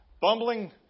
bumbling